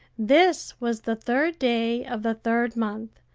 this was the third day of the third month,